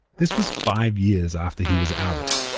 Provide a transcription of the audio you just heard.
this was five years after he was outed.